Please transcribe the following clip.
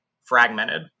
fragmented